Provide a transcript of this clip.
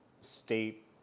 state